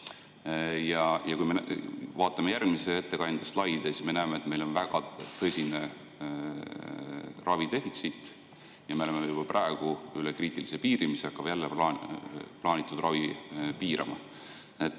Kui me vaatame järgmise ettekandja slaide, siis me näeme, et meil on väga tõsine ravidefitsiit. Me oleme juba praegu üle kriitilise piiri, mis on hakanud plaanitud ravi piirama.